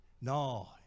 No